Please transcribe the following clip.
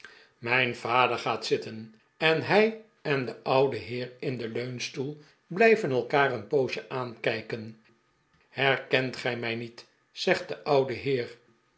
mijn vader gaat zitten en hij en de oude heer in den leunstoel blijven elkaar een poosje aankijken herkent gij mij niet zegt de oude heer